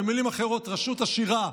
במילים אחרות, רשות עשירה,